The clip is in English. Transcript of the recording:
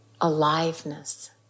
aliveness